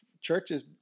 churches